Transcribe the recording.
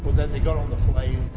then he got on the plane,